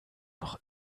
noch